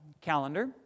calendar